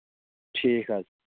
ٹھیٖک حظ